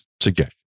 suggestion